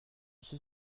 suis